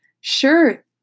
Sure